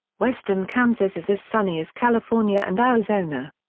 western kansas is as sunny as california and arizona.